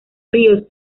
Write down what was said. ríos